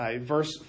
Verse